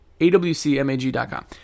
awcmag.com